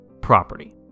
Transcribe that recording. property